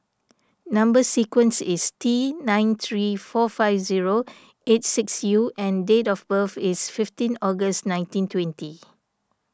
Number Sequence is T nine three four five zero eight six U and date of birth is fifteen August nineteen twenty